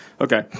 Okay